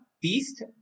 Beast